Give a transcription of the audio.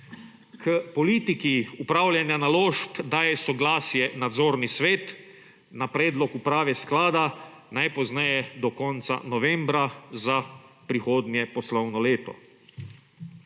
K politiki upravljanja naložb daje soglasje nadzorni svet na predlog uprave sklada, najpozneje do konca novembra za prihodnje poslovno leto.